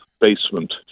basement